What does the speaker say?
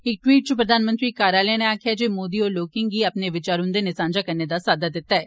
इक ट्वीट च प्रधानमंत्री कार्यालय नै आक्खेआ ऐ जे मोदी होरें लोकें गी अपने विचार उन्दे नै सांझे करने दा साद्दा दित्ता ऐ